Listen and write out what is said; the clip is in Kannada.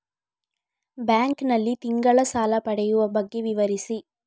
ಬ್ಯಾಂಕ್ ನಲ್ಲಿ ತಿಂಗಳ ಸಾಲ ಪಡೆಯುವ ಬಗ್ಗೆ ವಿವರಿಸಿ?